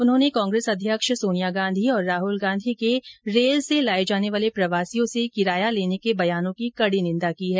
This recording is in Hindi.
उन्होंने कांग्रेस अध्यक्ष सोनिया गांधी और राहुल गांधी के रेल से लाए जाने वाले प्रवासियों से किराया लेने के बयानों की कड़ी निंदा की है